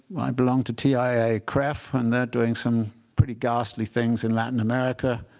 belong to tiaa-cref. and they're doing some pretty ghastly things in latin america